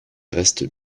reste